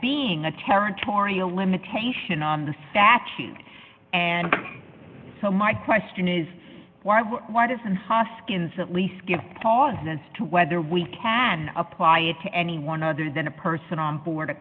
being a territorial limitation on the statute and so my question is why why doesn't hoskins at least give pause as to whether we can apply it to anyone other than a person on board a